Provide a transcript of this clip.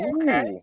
okay